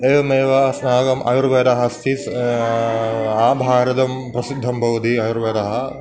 एवमेव अस्माकम् आयुर्वेदः अस्ति आभारतं प्रसिद्धं भवति आयुर्वेदः